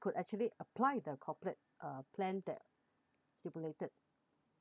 could actually apply the corporate uh plan that stipulated